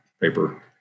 paper